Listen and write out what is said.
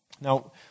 Now